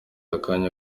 akanya